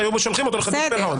לא היו שולחים אותו לחדלות פירעון.